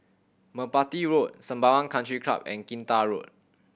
Merpati Road Sembawang Country Club and Kinta Road